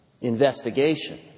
investigation